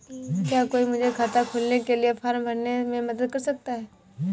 क्या कोई मुझे खाता खोलने के लिए फॉर्म भरने में मदद कर सकता है?